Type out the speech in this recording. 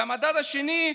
והמדד השני,